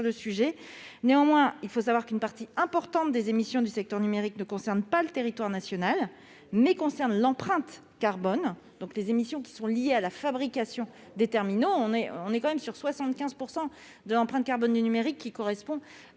le sujet. Néanmoins, il faut savoir qu'une partie importante des émissions du secteur numérique ne concerne pas le territoire national, mais a un impact sur l'empreinte carbone, c'est-à-dire les émissions liées à la fabrication des terminaux. En effet, 75 % de l'empreinte carbone du numérique correspond à